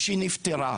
כשהיא נפטרה,